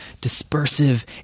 dispersive